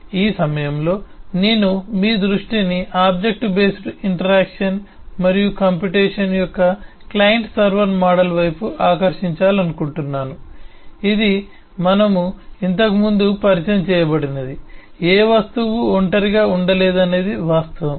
ఈ సమయంలో నేను మీ దృష్టిని ఆబ్జెక్ట్ బేస్డ్ ఇంటరాక్షన్ మరియు కంప్యూటేషన్ యొక్క క్లయింట్ సర్వర్ మోడల్ వైపు ఆకర్షించాలనుకుంటున్నాను ఇది మనము ఇంతకుముందు పరిచయం చేయబడినది ఏ వస్తువు ఒంటరిగా ఉండలేదనే వాస్తవం